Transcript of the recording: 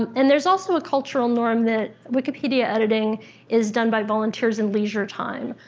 and there's also a cultural norm that wikipedia editing is done by volunteers in leisure time.